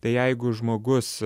tai jeigu žmogus